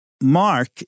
Mark